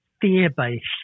fear-based